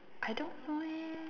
I don't know eh